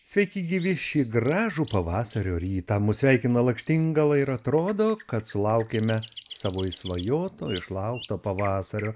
sveiki gyvi šį gražų pavasario rytą mus sveikina lakštingala ir atrodo kad sulaukėme savo išsvajoto išlaukto pavasario